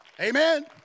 Amen